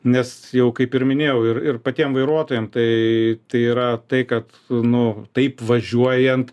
nes jau kaip ir minėjau ir ir patiem vairuotojam tai yra tai kad nu taip važiuojant